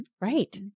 right